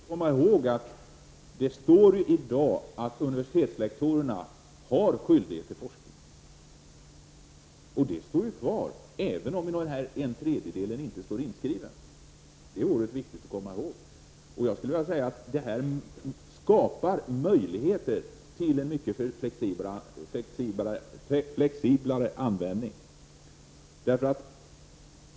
Herr talman! Det är viktigt att komma ihåg att det i dag står att universitetslektorerna har skyldighet till forskning, och det står ju kvar även om ”en tredjedel” inte står inskrivet. Jag skulle vilja säga att detta skapar möjligheter till en mycket flexiblare användning.